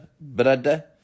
Brother